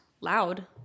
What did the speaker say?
loud